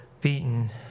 beaten